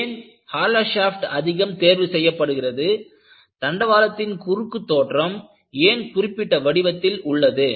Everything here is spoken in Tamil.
ஏன் ஹாலோ ஷாப்ட் அதிகம் தேர்வு செய்யப்படுகிறது தண்டவாளத்தின் குறுக்கு தோற்றம் ஏன் குறிப்பிட்ட வடிவத்தில் உள்ளது